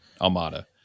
Almada